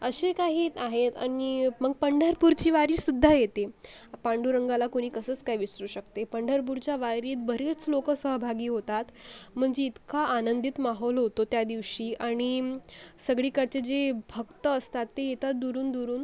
असे काही आहेत आणि मग पंढरपूरची वारीसुद्धा येते पांडुरंगाला कोणी कसं काय विसरू शकते पंढरपूरच्या वारीत बरेच लोक सहभागी होतात म्हणजे इतका आनंदित माहोल होतो त्यादिवशी आणि सगळीकडची जी भक्त असतात ते येतात दुरुनदुरुन